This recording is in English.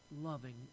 loving